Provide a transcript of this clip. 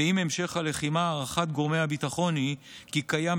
ועם המשך הלחימה הערכת גורמי הביטחון היא כי קיים